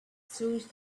searched